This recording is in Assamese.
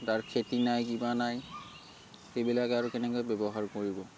যাৰ খেতি নাই কিবা নাই সেইবিলাকে আৰু কেনেকৈ ব্যৱহাৰ কৰিব